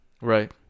Right